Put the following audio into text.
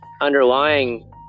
underlying